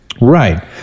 Right